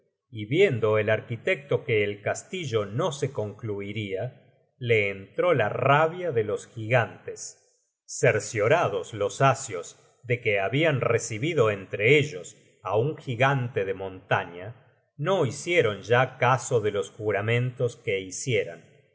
y viendo el arquitecto que el castillo no se concluiria le entró la rabia de los gigantes cerciorados los asios de que habian recibido entre ellos á un gigante de montaña no hicieron ya caso de los juramentos que hicieran